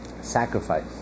sacrifice